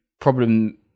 problem